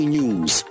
News